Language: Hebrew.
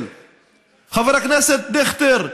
חבר הכנסת דיכטר,